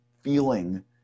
Feeling